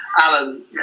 Alan